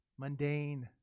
Mundane